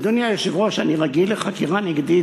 אדוני היושב-ראש, אני רגיל לחקירה נגדית.